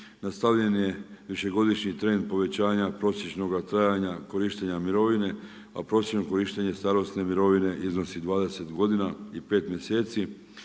nastavljen je višegodišnji trend povećanja prosječnoga trajanja korištenja mirovine, a prosječno korištenje starosne mirovine iznosi 20 godina i 5 mjeseci,